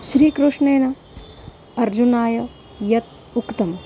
श्रीकृष्णेन अर्जुनाय यत् उक्तं